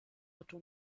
otto